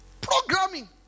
Programming